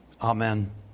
Amen